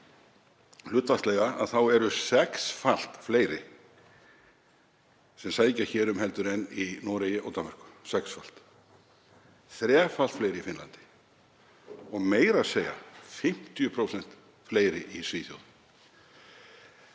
hlutfallslega eru sexfalt fleiri sem sækja hér um heldur en í Noregi og Danmörku, sexfalt, þrefalt fleiri en í Finnlandi og meira að segja 50% fleiri en í Svíþjóð.